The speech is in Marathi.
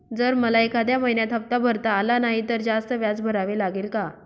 जर मला एखाद्या महिन्यात हफ्ता भरता आला नाही तर जास्त व्याज भरावे लागेल का?